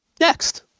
Next